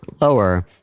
lower